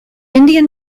indian